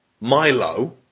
Milo